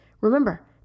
Remember